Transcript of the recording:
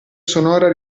sonora